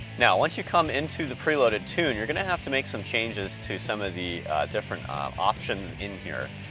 now, once you come into the pre-loaded tune, you're gonna have to make some changes to some of the different options in here.